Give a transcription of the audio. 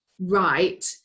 right